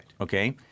okay